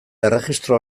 erregistro